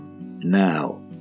Now